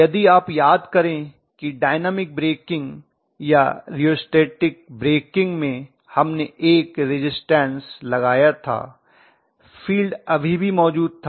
यदि आप याद करें कि डायनेमिक ब्रेकिंग या रिओस्टैटिक ब्रेकिंग में हमने एक रिज़िस्टन्स लगाया था फील्ड अभी भी मौजूद था